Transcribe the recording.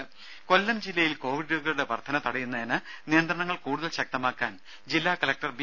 ടെട കൊല്ലം ജില്ലയിൽ കൊവിഡ് രോഗികളുടെ വർധന തടയുന്നതിന് നിയന്ത്രണങ്ങൾ കൂടുതൽ ശക്തമാക്കാൻ ജില്ലാ കലക്ടർ ബി